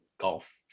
golf